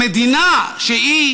במדינה שהיא